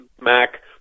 Mac